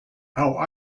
how